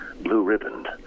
blue-ribboned